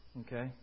okay